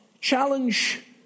challenge